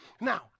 Now